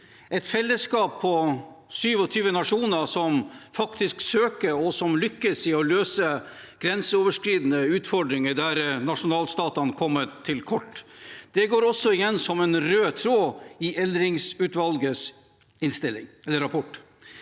et fellesskap på 27 nasjoner som søker og som lykkes i å løse grenseoverskridende utfordringer der nasjonalstatene kommer til kort. Det går også igjen som en rød tråd i Eldring-utvalgets rapport.